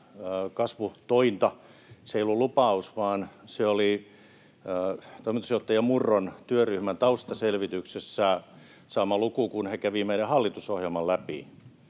kasvutointa. Se ei ollut lupaus, vaan se oli toimitusjohtaja Murron työryhmän taustaselvityksessä saama luku, kun he kävivät meidän hallitusohjelman läpi.